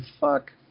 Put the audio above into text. fuck